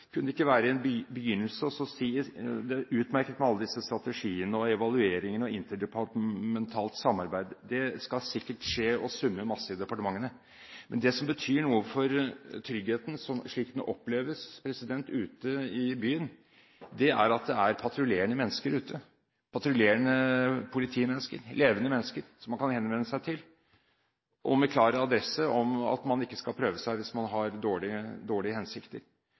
Kunne det ikke være en begynnelse å si at det er utmerket med alle disse strategiene, evalueringene og interdepartementale samarbeidet, det skal sikkert skje og summe mye i departementene, men det som betyr noe for tryggheten, slik den oppleves ute i byen, er at det er patruljerende mennesker ute – patruljerende politi, levende mennesker – som man kan henvende seg til, og med klar adresse om at man ikke skal prøve seg hvis man har dårlige hensikter.